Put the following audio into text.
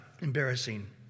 embarrassing